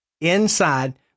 inside